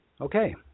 Okay